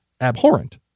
abhorrent